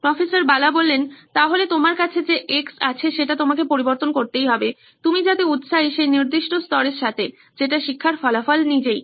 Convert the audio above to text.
প্রফ্ বালা তাহলে তোমার কাছে যে X আছে সেটা তোমাকে পরিবর্তন করতেই হবে তুমি যাতে উৎসাহী সেই নির্দিষ্ট স্তরের সাথেযেটা শিক্ষার ফলাফল নিজেই